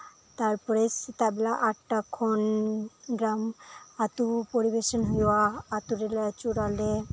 ᱛᱟᱨᱯᱚᱨᱮ ᱥᱮᱛᱟᱜ ᱵᱮᱲᱟ ᱟᱴ ᱴᱟ ᱠᱷᱚᱱ ᱜᱨᱟᱢ ᱟᱹᱛᱩ ᱯᱚᱨᱤᱵᱮᱥᱚᱱ ᱦᱩᱭᱩᱜᱼᱟ ᱟᱹᱛᱩᱨᱮᱞᱮ ᱟᱹᱪᱩᱨᱚᱜᱼᱟ ᱞᱮ